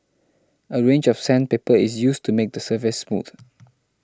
a range of sandpaper is used to make the surface smooth